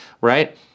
right